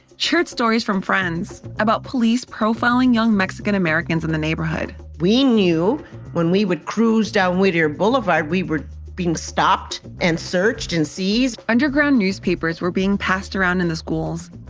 she heard stories from friends about police profiling young mexican-americans in the neighborhood we knew when we would cruise down whittier boulevard, we were being stopped and searched and seized underground newspapers were being passed around in the schools,